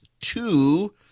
two